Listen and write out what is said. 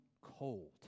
cold